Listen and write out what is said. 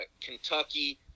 Kentucky